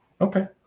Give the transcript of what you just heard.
okay